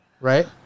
right